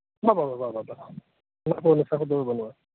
ᱵᱟᱝ ᱵᱟᱝ ᱚᱱᱟᱠᱩ ᱱᱮᱥᱟ ᱠᱚᱫᱚ ᱵᱟᱹᱱᱩᱜ ᱟ